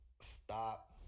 Stop